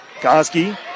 Koski